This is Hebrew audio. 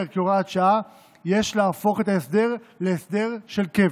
כהוראת שעה יש להפוך את ההסדר להסדר של קבע.